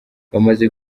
bamaze